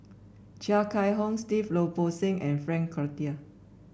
Chia Kiah Hong Steve Lim Bo Seng and Frank Cloutier